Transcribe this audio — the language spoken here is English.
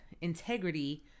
integrity